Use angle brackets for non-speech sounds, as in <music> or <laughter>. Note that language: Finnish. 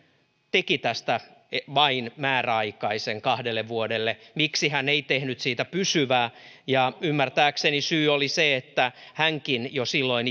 teki tästä vain määräaikaisen kahdelle vuodelle miksi hän ei tehnyt siitä pysyvää ja ymmärtääkseni syy oli se että hänkin jo silloin <unintelligible>